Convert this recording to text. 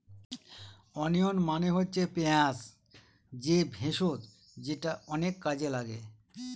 onion মানে হচ্ছে পেঁয়াজ যে ভেষজ যেটা অনেক কাজে লাগে